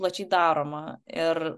plačiai daroma ir